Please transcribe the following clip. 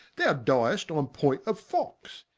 thou dyest on point of fox,